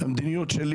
המדיניות שלי